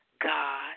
God